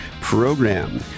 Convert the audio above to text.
program